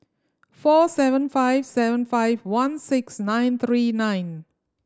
four seven five seven five one six nine three nine